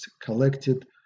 collected